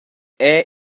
era